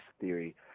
theory